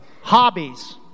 hobbies